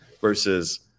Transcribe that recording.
versus